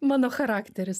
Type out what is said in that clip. mano charakteris